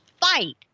fight